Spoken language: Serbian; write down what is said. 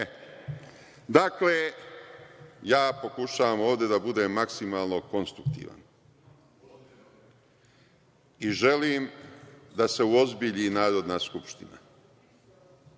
ostati. Dakle, pokušavam ovde da budem maksimalno konstruktivan i želim da se uozbilji Narodna skupština.